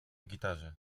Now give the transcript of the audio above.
gitarze